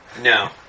No